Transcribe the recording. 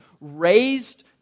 raised